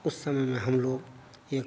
उस समय में हम लोग एक